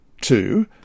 Two